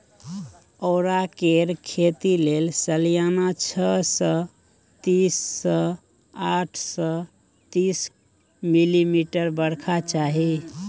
औरा केर खेती लेल सलियाना छअ सय तीस सँ आठ सय तीस मिलीमीटर बरखा चाही